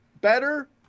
better